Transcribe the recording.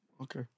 okay